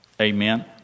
Amen